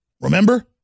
Remember